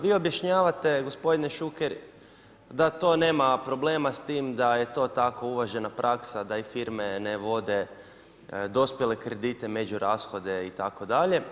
Vi objašnjavate, gospodine Šuker da to nema problema s tim, da je to tako uvažena praksa da i firme ne vode dospjele kredite među rashode itd.